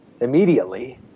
immediately